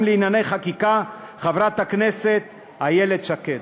לענייני חקיקה חברת הכנסת איילת שקד.